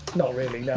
you know really yeah